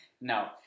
No